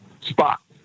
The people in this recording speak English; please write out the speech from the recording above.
spot